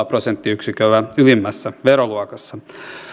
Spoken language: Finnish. prosenttiyksiköllä ylimmässä veroluokassa